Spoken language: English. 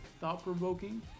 thought-provoking